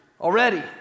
already